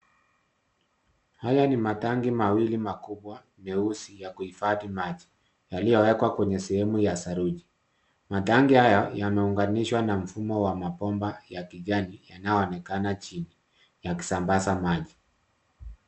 Haya ni matanki mawili makubwa ya kuhifadhi maji yaliyowekwa kwenye sehemu ya saruji. Matanki haya yameunganishwa na mfumo wa mabomba ya kijani yanaonekana chini yakisambaza maji.